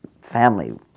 family